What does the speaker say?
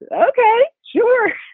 ok. sure.